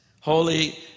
holy